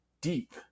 deep